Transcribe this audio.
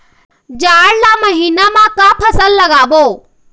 जाड़ ला महीना म का फसल लगाबो?